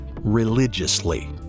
religiously